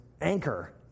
anchor